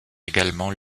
également